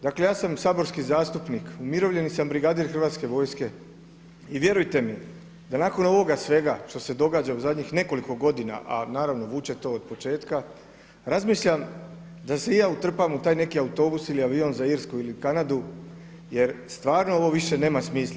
Dakle ja sam saborski zastupnik, umirovljeni sam brigadir Hrvatske vojske i vjerujte mi da nakon ovoga sve što se događa u zadnjih nekoliko godina, a naravno vuče to od početka razmišljam da se i ja utrpam u taj neki autobus ili avion za Irsku ili Kanadu jer stvarno ovo više nema smisla.